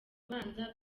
ubanza